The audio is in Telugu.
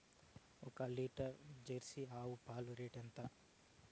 ఒక లీటర్ జెర్సీ ఆవు పాలు రేటు ఎంత?